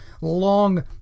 long